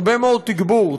הרבה מאוד תגבור.